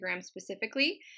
specifically